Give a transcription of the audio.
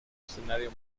escenario